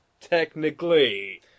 technically